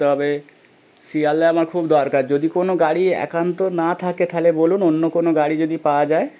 তবে শিয়ালদায় আমার খুব দরকার যদি কোনো গাড়ি একান্ত না থাকে তাহলে বলুন অন্য কোনো গাড়ি যদি পাওয়া যায়